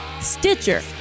Stitcher